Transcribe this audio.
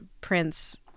Prince